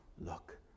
look